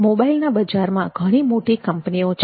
મોબાઇલના બજારમાં ઘણી મોટી કંપનીઓ છે